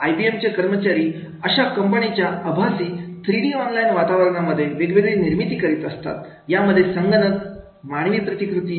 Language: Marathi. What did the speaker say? आयबीएम चे कर्मचारी अशा कंपनीच्या आभासी थ्रीडी ऑनलाइन वातावरणामध्येवेगवेगळी निर्मीती करीत असतात यामध्ये संगणक मानवी प्रतिकृती